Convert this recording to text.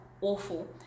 awful